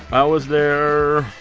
i was there,